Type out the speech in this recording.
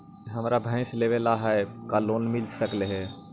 हमरा भैस लेबे ल है का लोन मिल सकले हे?